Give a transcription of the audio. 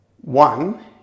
One